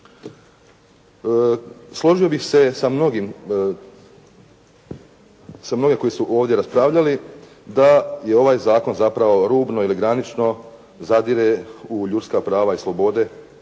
sa mnogim, sa mnogima koji su ovdje raspravljali da je ovaj zakon zapravo rubno ili granično zadire u ljudska prava i slobode,